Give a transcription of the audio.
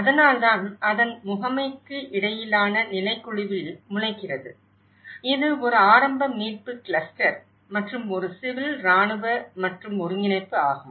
அதனால்தான் அதன் முகமைக்கிடையிலான நிலைக்குழுவில் முளைக்கிறது இது ஒரு ஆரம்ப மீட்பு கிளஸ்டர் மற்றும் ஒரு சிவில் இராணுவ மற்றும் ஒருங்கிணைப்பு ஆகும்